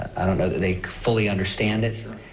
i don't know that they fully understand it. true.